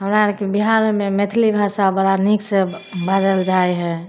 हमरा अरके बिहारमे मैथिली भाषा बड़ा नीक से बाजल जाइ हइ